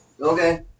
Okay